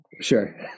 Sure